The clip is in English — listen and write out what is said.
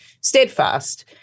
steadfast